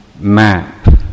map